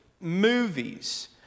movies